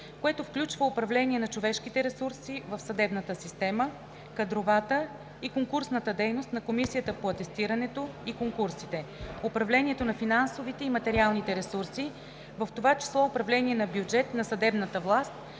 което включва управление на човешките ресурси в съдебната система, кадровата и конкурсната дейност на Комисията по атестирането и конкурсите, управлението на финансовите и материалните ресурси, в това число управление на бюджета на съдебната власт,